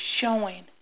showing